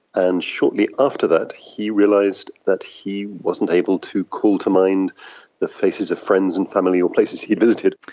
and shortly after that he realised that he wasn't able to call to mind the faces of friends and family or places he visited.